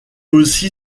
aussi